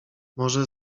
może